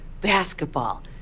basketball